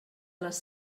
les